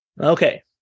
Okay